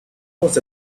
was